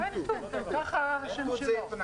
עין תות.